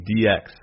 DX